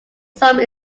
some